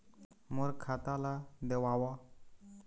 मोर खाता ला देवाव?